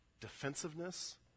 defensiveness